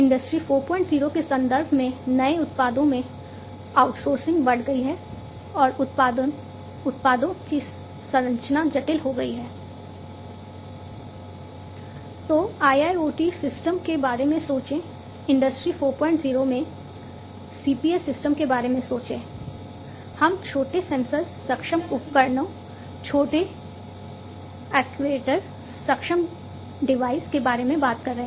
industry 40 के संदर्भ में नए उत्पादों में आउटसोर्सिंग के बारे में बात कर रहे हैं